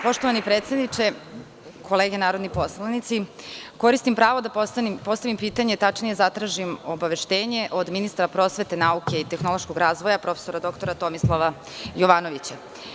Poštovani predsedniče, kolege narodni poslanici, koristimpravo da postavim pitanje, tačnije zatražim obaveštenje od ministra prosvete, nauke i tehnološkog razvoja, prof. dr Tomislava Jovanovića.